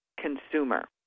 consumer